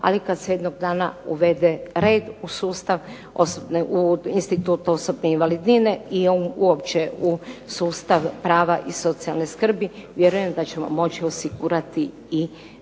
Ali kad se jednog dana uvede red u institut osobne invalidnine i on uopće u sustav prava i socijalne skrbi vjerujem da ćemo moći osigurati i veće